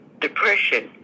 depression